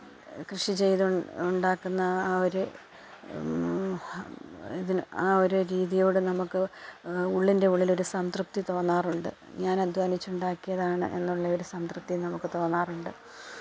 കൃഷി ചെയ്ത് ഉണ്ടാക്കുന്ന ആ ഒരു ഇതിന് ആ ഒരു രീതിയോട് നമുക്ക് ഉള്ളിന്റെ ഉള്ളിലൊരു സംതൃപ്തി തോന്നാറുണ്ട് ഞാന് അധ്വാനിച്ചുണ്ടാക്കിയാതാണ് എന്നുള്ള ഒരു സംതൃപ്തി നമുക്ക് തോന്നാറുണ്ട്